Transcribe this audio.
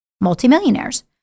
multimillionaires